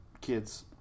kids